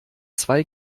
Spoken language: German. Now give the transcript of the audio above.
zwei